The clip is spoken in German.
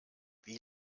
wie